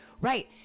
Right